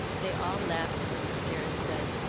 they all laughed, and mr. gerrish said,